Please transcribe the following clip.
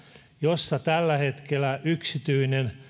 jossa tällä hetkellä yksityinen